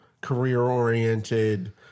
career-oriented